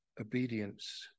obedience